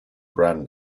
brand